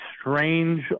strange